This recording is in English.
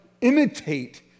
imitate